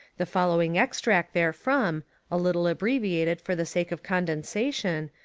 the following extract therefrom, a little abbreviated for the sake of condensation,